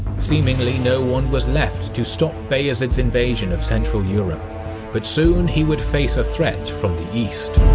seemingly no one was left to stop bayezid's invasion of central europe but soon he would face a threat from the east.